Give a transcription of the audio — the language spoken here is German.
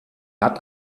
hat